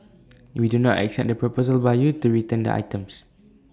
we do not accept the proposal by you to return the items